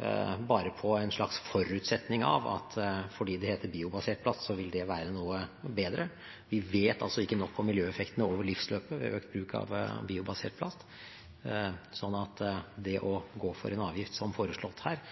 bare på en slags forutsetning om at fordi det heter biobasert plast, vil det være noe bedre. Vi vet ikke nok om miljøeffektene av bruk av biobasert plast over livsløpet. Så det å gå for en avgift, som foreslått her,